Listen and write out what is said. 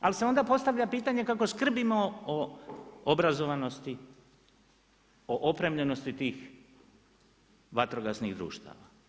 Ali, se onda postavlja pitanje kako skrbimo o obrazovanosti, o opremljenosti tih vatrogasnih društava.